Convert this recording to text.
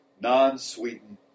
non-sweetened